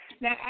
Now